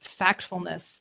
Factfulness